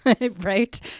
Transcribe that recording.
right